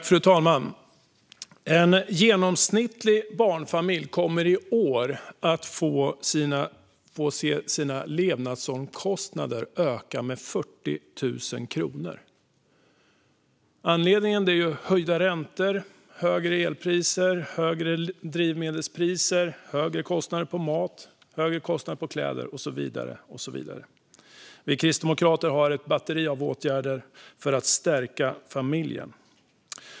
Fru talman! En genomsnittlig barnfamilj kommer i år att få se sina levnadsomkostnader öka med 40 000 kronor. Anledningen är höjda räntor, högre elpriser, högre drivmedelspriser, högre matkostnader, högre priser på kläder och så vidare. Vi kristdemokrater har ett batteri av åtgärder för att stärka familjen.